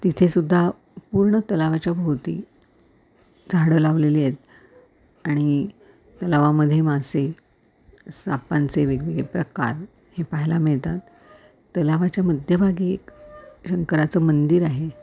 तिथेसुद्धा पूर्ण तलावाच्याभोवती झाडं लावलेली आहेत आणि तलावामध्ये मासे सापांचे वेगवेगळे प्रकार हे पाहायला मिळतात तलावाच्या मध्यभागी एक शंकराचं मंदिर आहे